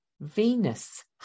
Venus